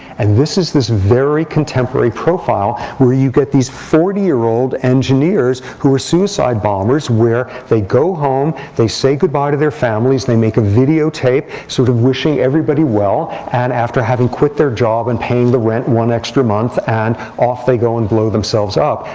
and this is this very contemporary profile where you get these forty year old engineers who are suicide bombers, where they go home. they say goodbye to their families. they make a video tape sort of wishing everybody well. and after having quit their job and paying the rent one extra month, and off they go and blow themselves up.